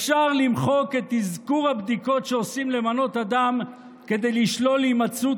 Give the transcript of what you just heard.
אפשר למחוק את אזכור הבדיקות שעושים למנות הדם כדי לשלול להימצאות